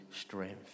strength